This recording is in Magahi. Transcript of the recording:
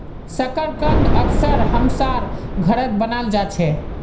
शकरकंद अक्सर हमसार घरत बनाल जा छे